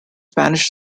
spanish